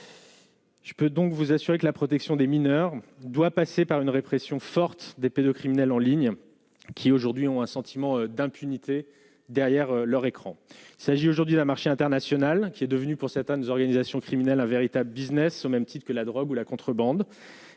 Je peux donc vous assurer que la protection des mineurs doit passer par une répression forte des pédocriminels en ligne qui aujourd'hui ont un sentiment d'impunité derrière leur écran s'agit aujourd'hui d'un marché international qui est devenue, pour certaines organisations criminelles, un véritable Business au même type que la drogue ou la contrebande